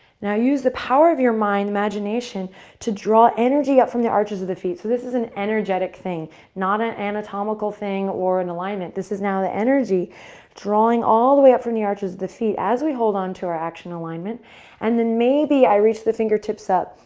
now use the power of your mind imagination to draw energy up from the arches of the feet. so this is an energetic thing not an anatomical thing or an alignment. this is now the energy drawing all the way up from the arches of the feet as we hold onto our action alignment and then maybe i reach the fingertips up.